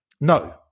no